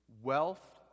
Wealth